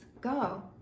go